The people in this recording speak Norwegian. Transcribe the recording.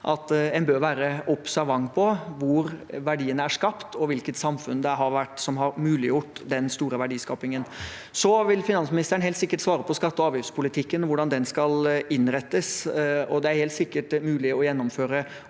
En bør være observant på hvor verdiene er skapt, og hvilket samfunn det er som har muliggjort den store verdiskapingen. Finansministeren vil helt sikkert svare om skatte- og avgiftspolitikken og hvordan den skal innrettes. Det er helt sikkert også mulig å gjennomføre